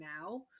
now